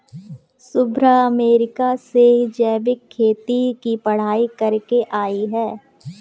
Shubhra America से जैविक खेती की पढ़ाई करके आई है